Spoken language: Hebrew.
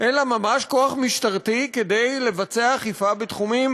אלא ממש כוח משטרתי כדי לבצע אכיפה בתחומים